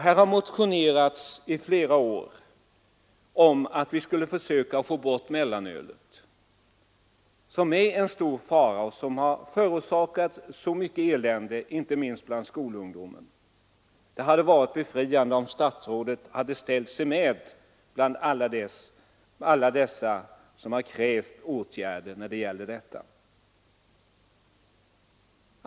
Här har i flera år motionerats om att vi skulle försöka få bort mellanölet, som är en stor fara och som har förorsakat mycket elände inte minst bland skolungdomen. Det skulle ha varit befriande om statsrådet hade förenat sig med alla dem som har krävt åtgärder på det området.